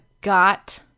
got